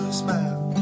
smile